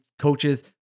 coaches